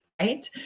right